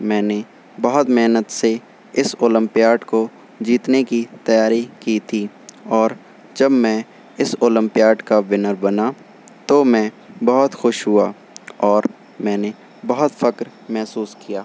میں نے بہت محنت سے اس اولمپیاڈ کو جیتنے کی تیاری کی تھی اور جب میں اس اولمپیاڈ کا ونر بنا تو میں بہت خوش ہوا اور میں نے بہت فخر محسوس کیا